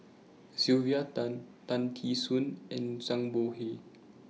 Sylvia Tan Tan Tee Suan and Zhang Bohe